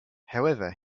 however